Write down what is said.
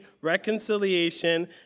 reconciliation